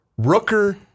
Rooker